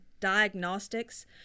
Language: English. Diagnostics